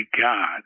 God